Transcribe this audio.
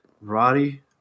Roddy